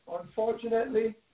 Unfortunately